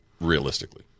realistically